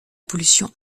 pollution